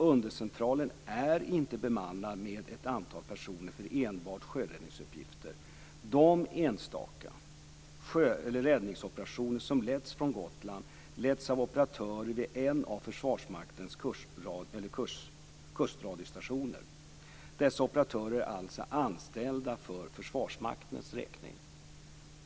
Undercentralen är inte bemannad med ett antal personen för enbart sjöräddningsuppgifter. De enstaka räddningsoperationer som letts från Gotland leds av operatören vid en av Försvarsmaktens kustradiostationer. Dessa operatörer är alltså anställda för Försvarsmaktens räkning.